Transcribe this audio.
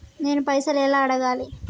నేను పైసలు ఎలా అడగాలి?